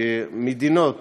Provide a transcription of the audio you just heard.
ומדינות